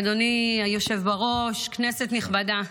אדוני היושב בראש, כנסת נכבדה,